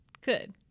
Good